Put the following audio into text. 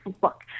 book